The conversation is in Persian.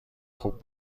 خوب